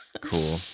Cool